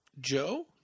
Joe